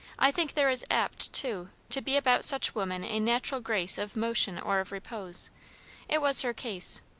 i think there is apt, too, to be about such women a natural grace of motion or of repose it was her case.